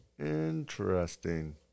Interesting